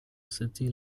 city